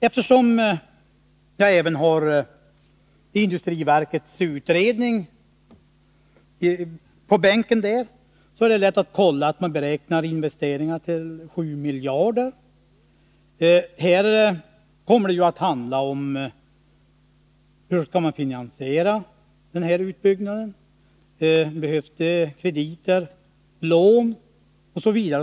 Eftersom jag även har industriverkets utredning på min bänk är det lätt att kolla att man beräknade investeringarna till 7 miljarder kronor. De frågor som då måste besvarar blir därför: Hur skall man finansiera utbyggnaden? Behövs det krediter, lån osv.?